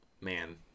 man